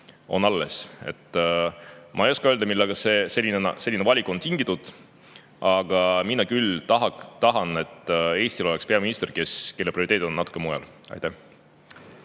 Ma ei oska öelda, millest selline valik on tingitud. Aga mina küll tahan, et Eestil oleks peaminister, kelle prioriteedid on natuke mujal.